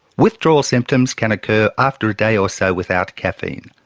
withdrawal symptoms can occur after a day or so without caffeine,